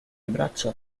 braccia